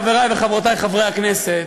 חברותי וחברי חברי הכנסת,